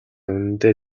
үнэндээ